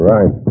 Right